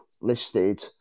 listed